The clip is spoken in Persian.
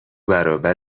برابر